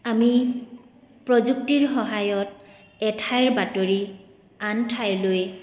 আমি প্ৰযুক্তিৰ সহায়ত এঠাইৰ বাতৰি আন ঠাইলৈ